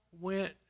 went